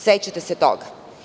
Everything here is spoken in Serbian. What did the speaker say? Sećate se toga.